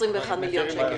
121 מיליון שקל.